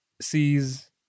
sees